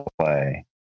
play